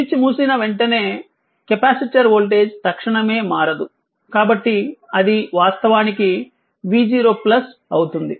switch మూసివేసిన వెంటనే capacitor voltage తక్షణమే మారదు కాబట్టి అది వాస్తవానికి v0 అవుతుంది